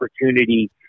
opportunity